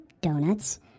donuts